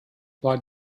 war